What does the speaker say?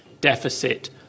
deficit